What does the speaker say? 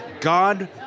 God